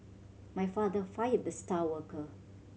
my father fired the star worker